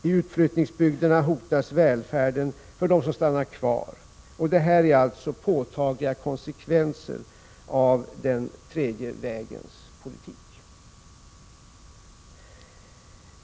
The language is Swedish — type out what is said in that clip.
I utflyttningsbygderna hotas välfärden för dem som stannar kvar. Det här är alltså påtagliga konsekvenser av den tredje vägens politik.